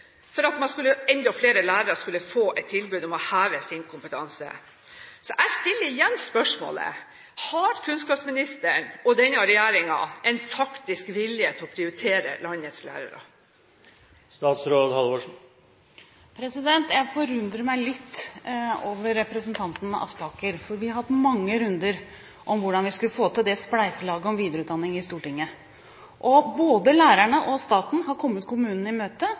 for at enda flere lærere skulle få et tilbud om å heve sin kompetanse. Jeg stiller igjen spørsmålet: Har kunnskapsministeren og denne regjeringen en faktisk vilje til å prioritere landets lærere? Jeg forundrer meg litt over representanten Aspaker, for vi har hatt mange runder i Stortinget om hvordan vi skulle få til spleiselaget om videreutdanning. Både lærerne og staten har kommet kommunene i møte,